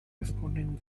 responding